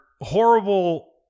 horrible